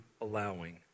allowing